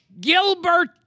Gilbert